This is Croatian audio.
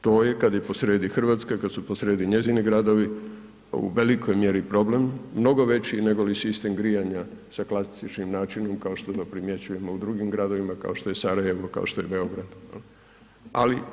To je, kad je posrijedi Hrvatska i kad su posrijedi njezini gradovi, u velikoj mjeri problem, mnogo veći nego li sistem grijanja sa klasičnim načinima, kao što to primjećujemo u drugim gradovima, kao što je Sarajevo, kao što je Beograd, je li?